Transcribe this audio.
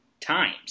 times